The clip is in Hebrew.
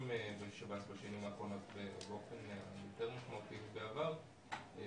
בשב"ס בשנים האחרונות באופן יותר משמעותי מבעבר,